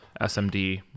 smd